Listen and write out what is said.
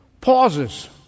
pauses